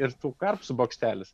ir tų karpsų bokštelis